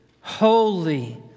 holy